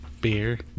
beer